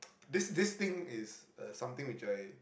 this this thing is uh something which I